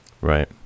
Right